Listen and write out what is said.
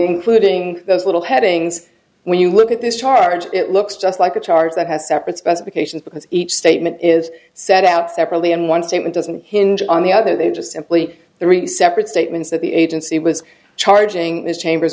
including those little headings when you look at this chart it looks just like a chart that has separate specifications because each statement is sent out separately and one statement doesn't hinge on the other they just simply the receptor statements that the agency was charging his chambers